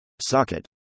Socket